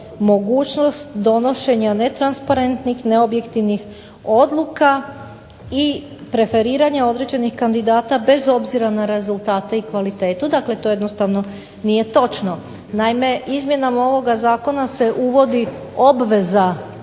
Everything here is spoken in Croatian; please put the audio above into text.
mogućnost donošenja netransparentnih, neobjektivnih odluka i preferiranja određenih kandidata bez obzira na rezultate i kvalitetu. Dakle to jednostavno nije točno. Naime izmjenama ovoga zakona se uvodi obveza